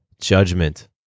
judgment